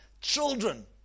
Children